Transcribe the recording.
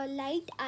light